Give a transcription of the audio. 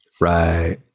Right